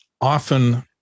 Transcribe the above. often